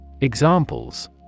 Examples